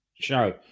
show